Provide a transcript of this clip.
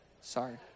Sorry